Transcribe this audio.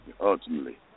ultimately